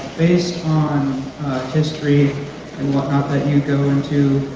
based on history and whatnot that you go into